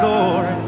Lord